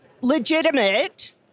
legitimate